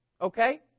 Okay